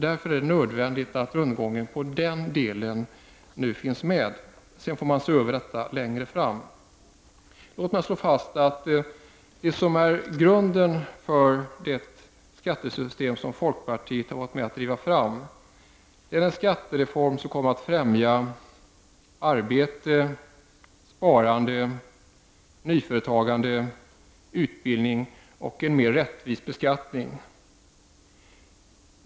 Det är därför viktigt att rundgången i den delen nu finns med. Sedan får man se över detta längre fram. Låt mig slå fast att grunden för det skattesystem som folkpartiet har varit med att driva fram är den skattereform som kommer att främja arbete, sparande, nyföretagande, utbildning och en mer rättvis beskattning.